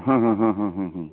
हँ हँ हँ हँ हँ